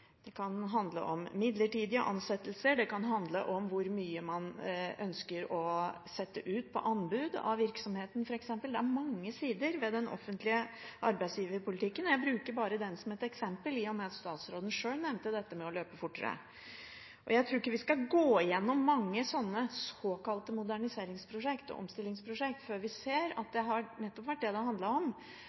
Det handler om også midlertidige ansettelser, og om hvor mye man ønsker å sette ut på anbud av virksomheten. Det er mange sider ved den offentlige arbeidsgiverpolitikken, og jeg bruker bare den som et eksempel i og med at statsråden sjøl nevnte dette med å løpe fortere. Jeg tror ikke vi skal gå igjennom mange slike såkalte moderniseringsprosjekter eller omstillingsprosjekter før vi ser at det nettopp har vært det det har handlet om,